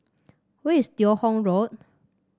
where is Teo Hong Road